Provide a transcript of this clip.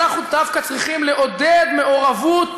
שאנחנו דווקא צריכים לעודד מעורבות